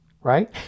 Right